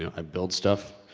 i build stuff.